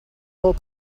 whole